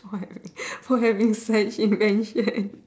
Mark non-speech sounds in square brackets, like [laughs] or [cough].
[laughs] for having such invention